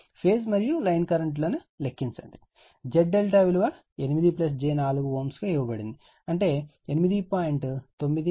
phase మరియు line current లను లెక్కించండి Z∆ విలువ 8j4 గా ఇవ్వబడింది అంటే 8